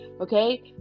Okay